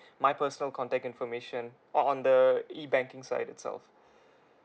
my personal contact information or on the E banking site itself